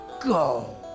go